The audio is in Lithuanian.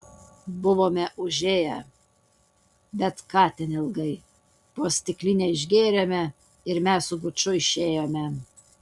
buvome užėję bet ką ten ilgai po stiklinę išgėrėme ir mes su guču išėjome